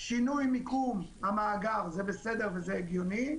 שינוי מיקום המאגר זה בסדר וזה הגיוני.